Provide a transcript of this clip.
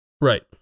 Right